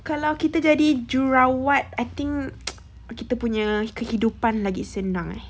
kalu kita jadi jururawat I think kita punya kehidupan lagi senang lah eh